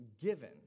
given